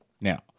Now